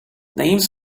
names